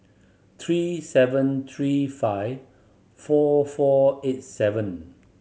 three seven three five four four eight seven